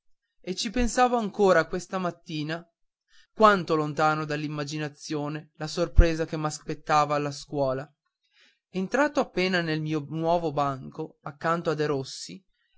e ci pensavo ancora questa mattina quanto lontano dall'immaginare la sorpresa che m'aspettava alla scuola entrato appena nel mio nuovo banco accanto a derossi